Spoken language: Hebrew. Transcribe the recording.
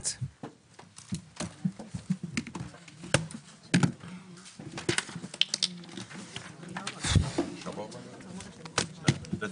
הישיבה ננעלה בשעה 10:20.